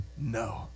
no